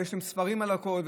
ויש להם ספרים על הכול,